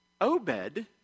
Obed